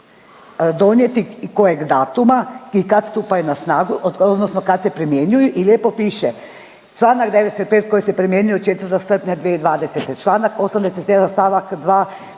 donijeti i kojeg datuma i kad stupaju na snagu odnosno kad se primjenjuju i lijepo piše, čl. 95. koji se primjenjuje od 4. srpnja 2020., čl. 87. st. 2.